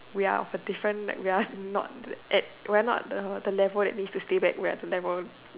we are of a different like we are not at we are not the the level we use to stay back we are the level